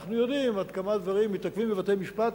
אנחנו יודעים עד כמה דברים מתעכבים בבתי-משפט,